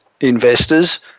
investors